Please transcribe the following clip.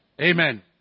Amen